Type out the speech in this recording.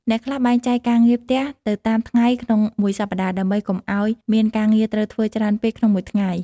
អ្នកខ្លះបែងចែកការងារផ្ទះទៅតាមថ្ងៃក្នុងមួយសប្ដាហ៍ ដើម្បីកុំឱ្យមានការងារត្រូវធ្វើច្រើនពេកក្នុងមួយថ្ងៃ។